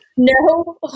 No